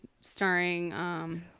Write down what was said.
starring